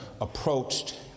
approached